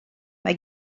mae